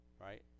right